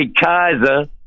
Kaiser